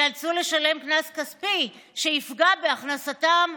ייאלצו לשלם קנס כספי שיפגע בהכנסתם,